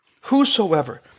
whosoever